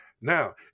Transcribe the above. Now